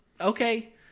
okay